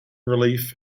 relief